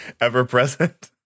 ever-present